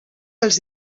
els